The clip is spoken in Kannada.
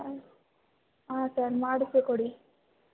ಹಾಂ ಹಾಂ ಸರ್ ಮಾಡಿಸಿಕೊಡಿ